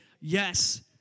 yes